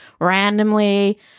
randomly